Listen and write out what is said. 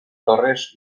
torres